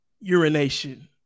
urination